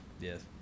Yes